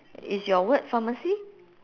is your word pharmacy